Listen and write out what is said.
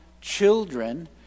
children